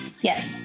Yes